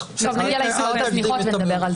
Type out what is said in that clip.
נגיע לעסקאות זניחות ואז נדבר על זה.